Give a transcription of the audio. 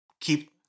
keep